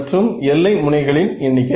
மற்றும் எல்லை முனைகளின் எண்ணிக்கை